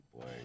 boy